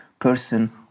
person